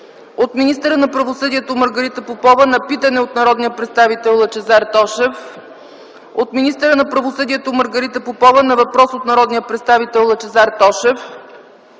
от министъра на правосъдието Маргарита Попова на питане от народния представител Лъчезар Тошев; - от министъра на правосъдието Маргарита Попова на въпрос от народния представител Лъчезар Тошев;